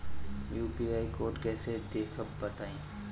UPI code कैसे देखब बताई?